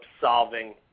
solving